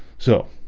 so